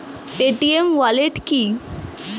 Paytm wallet কি?